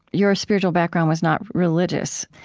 your spiritual background was not religious.